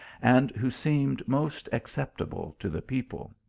and who seemed most accept able to the people.